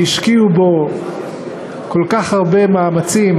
והשקיעו בו כל כך הרבה מאמצים,